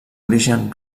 origen